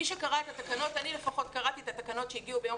מי שקרא את התקנות אני קראתי את התקנות שהגיעו ביום